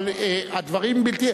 אבל הדברים בלתי,